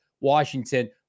Washington